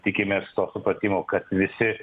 tikimės to supratimo kad visi